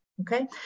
Okay